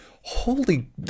Holy